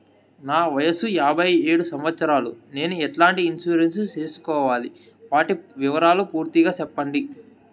నా వయస్సు యాభై ఏడు సంవత్సరాలు నేను ఎట్లాంటి ఇన్సూరెన్సు సేసుకోవాలి? వాటి వివరాలు పూర్తి గా సెప్పండి?